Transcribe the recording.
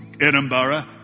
Edinburgh